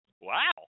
Wow